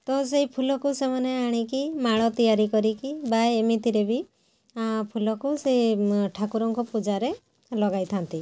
ତ ସେଇ ଫୁଲକୁ ସେମାନେ ଆଣିକି ମାଳ ତିଆରି କରିକି ବା ଏମିତିରେ ବି ଫୁଲକୁ ସେ ଠାକୁରଙ୍କ ପୂଜାରେ ଲଗାଇଥାନ୍ତି